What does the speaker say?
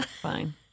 fine